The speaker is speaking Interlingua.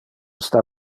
sta